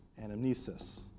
anamnesis